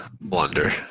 blunder